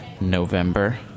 November